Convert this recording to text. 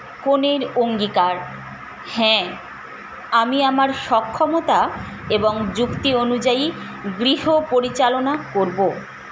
কনের অঙ্গীকার হ্যাঁ আমি আমার সক্ষমতা এবং যুক্তি অনুযায়ী গৃহ পরিচালনা করবো